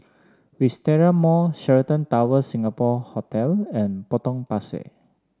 Wisteria Mall Sheraton Towers Singapore Hotel and Potong Pasir